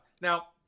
Now